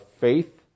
faith